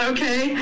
Okay